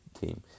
team